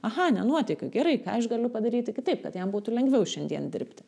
aha nenuotaikoj gerai ką aš galiu padaryti kitaip kad jam būtų lengviau šiandien dirbti